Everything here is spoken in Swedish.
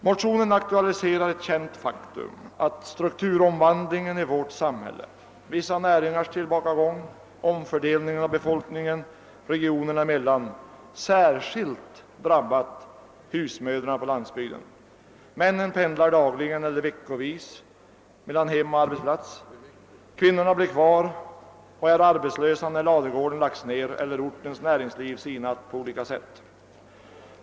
Motionen aktualiserar det kända faktum att strukturomvandlingen i vårt samhälle, vissa näringars tillbakagång och omfördelningen av befolkningen regionerna emellan särskilt drabbat husmödrarna på landsbygden. Männen pendlar dagligen eller veckovis mellan hem och arbetsplats, kvinnorna blir kvar och är arbetslösa när ladugården lagts ned eller ortens näringsliv på olika sätt sinat.